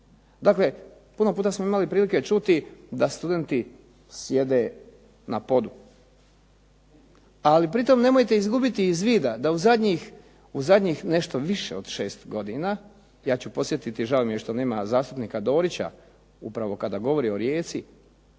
Dakle, puno puta smo imali prilike čuti da studenti sjede na podu. Ali pri tome nemojte izgubiti iz vida da u zadnjih nešto više od 6 godina, ja ću podsjetiti žao mi je što nema zastupnika Dorića upravo kada govori o Rijeci,